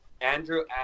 Andrew